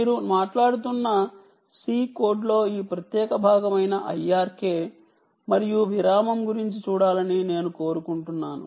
మీరు మాట్లాడుతున్న c కోడ్లో ఈ ప్రత్యేక భాగమైన IRK మరియు విరామం గురించి చూడాలని నేను కోరుకుంటున్నాను